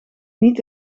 niet